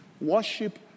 Worship